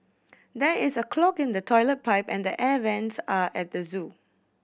there is a clog in the toilet pipe and the air vents are at the zoo